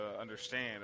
understand